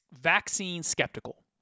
vaccine-skeptical